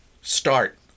start